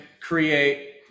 create